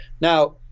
Now